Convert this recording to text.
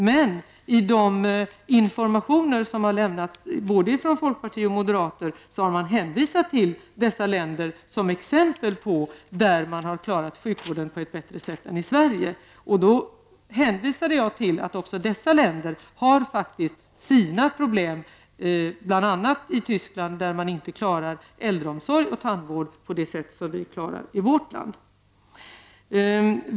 Men i den information som lämnats från folkpartiet och moderaterna har man hänvisat till dessa länder som exempel på länder där man har klarat sjukvården bättre än i Sverige. Då sade jag att dessa länder faktiskt också har sina problem. Tyskland har inte klarat äldreomsorgen och tandvården på samma sätt som vi gör i Sverige.